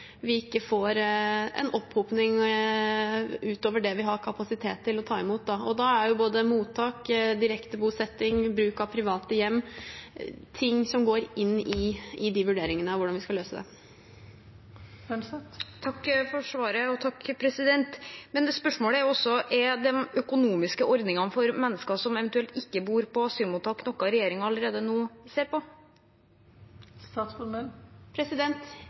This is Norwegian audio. vi ikke får en opphopning utover det vi har kapasitet til å ta imot. Da er både mottak, direkte bosetting og bruk av private hjem noe som inngår i vurderingene av hvordan vi skal løse det. Takk for svaret. Spørsmålet er også om økonomiske ordninger for mennesker som eventuelt ikke bor på asylmottak, er noe regjeringen allerede nå ser på.